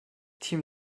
team